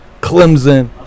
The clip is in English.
Clemson